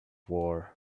war